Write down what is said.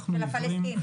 הפגנה של הפלסטינים.